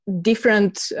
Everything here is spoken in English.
different